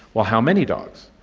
well, how many dogs?